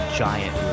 giant